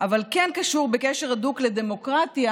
אבל כן קשור בקשר הדוק לדמוקרטיה,